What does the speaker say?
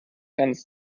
ganz